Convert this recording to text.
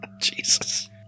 Jesus